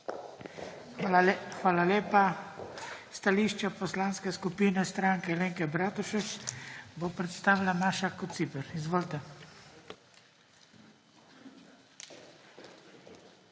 Hvala lepa. Stališče Poslanske skupine Stranke Alenke Bratušek bo predstavila Maša Kociper. Izvolite.